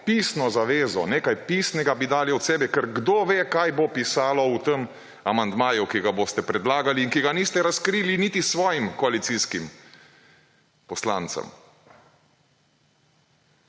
pisno zavezo, nekaj pisnega bi dali od sebe, ker kdo ve kaj bo pisalo v tem amandmaju, ki ga boste predlagali in ki ga niste razkrili niti svojim koalicijskim poslancem.